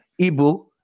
Ibu